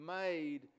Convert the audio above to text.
made